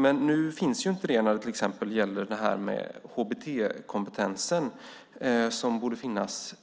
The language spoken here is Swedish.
Men nu finns inte det till exempel när det gäller HBT-kompetensen som borde finnas